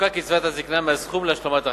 קצבת הזיקנה מהסכום להשלמת הכנסה.